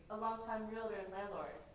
a long-time realtor and landlord,